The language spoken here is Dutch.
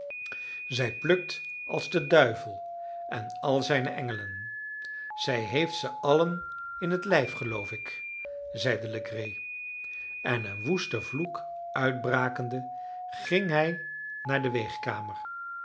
zij plukt als de duivel en al zijne engelen zij heeft ze allen in het lijf geloof ik zeide legree en een woesten vloek uitbrakende ging hij naar de